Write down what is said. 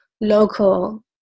local